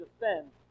defend